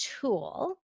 tool